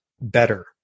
Better